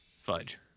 Fudge